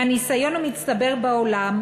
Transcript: מהניסיון המצטבר בעולם,